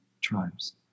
tribes